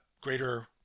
greater